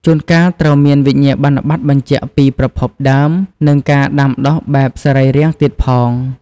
ជួនកាលត្រូវមានវិញ្ញាបនបត្របញ្ជាក់ពីប្រភពដើម និងការដាំដុះបែបសរីរាង្គទៀតផង។